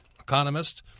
economist